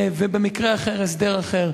ובמקרה אחר הסדר אחר.